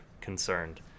concerned